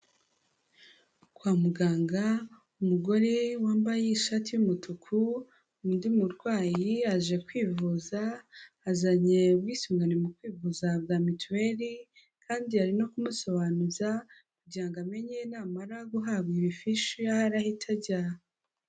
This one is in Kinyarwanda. Kwa muganga, umugore wambaye ishati y'umutuku, undi murwayi aje kwivuza, azanye ubwisungane mu kwivuza bwa mituweli, kandi arimo kumusobanuza kugirango ngo amenye namara guhabwa ibifishi aho ahita ajya.